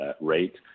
rate